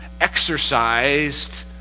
exercised